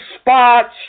spots